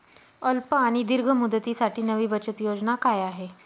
अल्प आणि दीर्घ मुदतीसाठी नवी बचत योजना काय आहे?